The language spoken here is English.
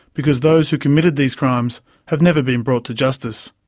because those who committed these crimes have never been brought to justice.